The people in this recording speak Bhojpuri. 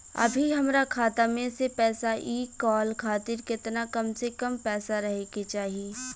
अभीहमरा खाता मे से पैसा इ कॉल खातिर केतना कम से कम पैसा रहे के चाही?